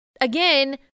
Again